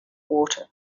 water